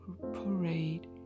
parade